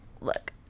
look